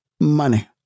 Money